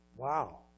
wow